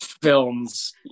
films